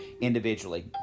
individually